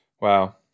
Wow